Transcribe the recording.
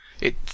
It